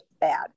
bad